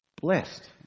Blessed